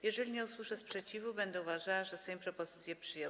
Jeżeli nie usłyszę sprzeciwu, będę uważała, że Sejm propozycję przyjął.